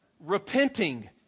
repenting